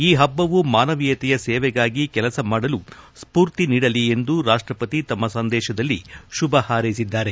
ಈ ಹಬ್ಬವು ಮಾನವೀಯತೆಯ ಸೇವೆಗಾಗಿ ಕೆಲಸ ಮಾಡಲು ಸ್ಪೂರ್ತಿ ನೀಡಲಿ ಎಂದು ರಾಷ್ಟ ಪತಿ ತಮ್ಮ ಸಂದೇಶದಲ್ಲಿ ಶುಭ ಹಾರೈಸಿದ್ದಾರೆ